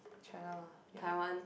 China lah ya